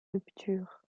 rupture